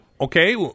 Okay